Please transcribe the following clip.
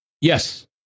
Yes